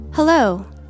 Hello